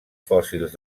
fòssils